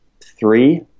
three